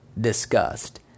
discussed